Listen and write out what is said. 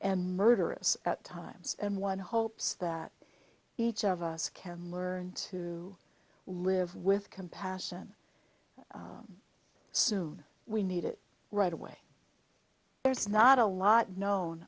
and murderous at times and one hopes that each of us can learn to live with compassion soon we need it right away there's not a lot known